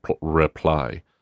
reply